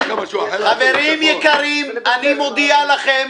חברים, חברים יקרים, אני מודיע לכם,